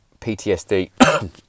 PTSD